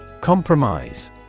Compromise